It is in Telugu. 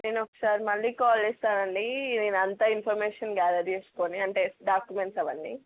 నేను ఒకసారి మళ్ళీ కాల్ చేస్తాను అండి నేను అంతా ఇన్ఫర్మేషన్ గ్యాదర్ చేసుకొని అంటే డాక్యూమెంట్స్ అవన్నీ